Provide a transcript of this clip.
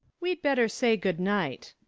we'd better say good-night